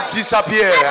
disappear